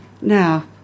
Now